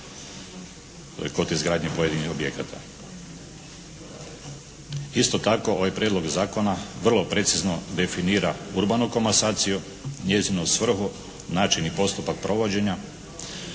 kod izgradnje pojedinih objekata. Isto tako ovaj Prijedlog zakona vrlo precizno definira urbanu komasaciju, njezinu svrhu, način i postupak provođenja